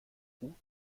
cpu